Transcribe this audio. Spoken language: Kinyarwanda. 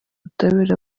ubutabera